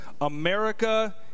America